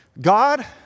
God